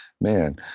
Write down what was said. man